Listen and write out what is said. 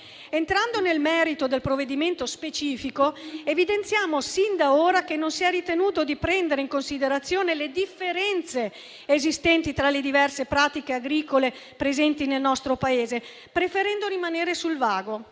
Entrando nel merito del provvedimento specifico, evidenziamo sin d'ora che non si è ritenuto di prendere in considerazione le differenze esistenti tra le diverse pratiche agricole presenti nel nostro Paese, preferendo rimanere sul vago.